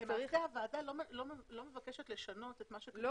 למעשה הוועדה לא מבקשת לשנות את מה שכתוב.